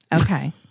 Okay